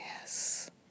Yes